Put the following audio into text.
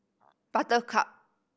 buttercup